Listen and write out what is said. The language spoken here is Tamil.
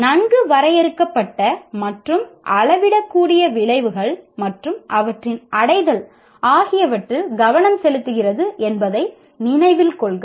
நன்கு வரையறுக்கப்பட்ட மற்றும் அளவிடக்கூடிய விளைவுகள் மற்றும் அவற்றின் அடைதல் ஆகியவற்றில் கவனம் செலுத்துகிறது என்பதை நினைவில் கொள்க